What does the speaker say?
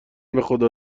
بخدا